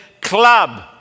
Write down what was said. club